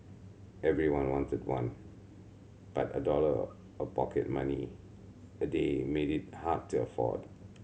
everyone wanted one but a dollar of pocket money a day made it hard to afford